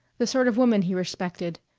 the sort of woman he respected,